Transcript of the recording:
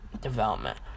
development